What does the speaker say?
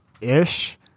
ish